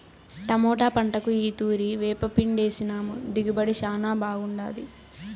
tomato పంటకు ఈ తూరి వేపపిండేసినాము దిగుబడి శానా బాగుండాది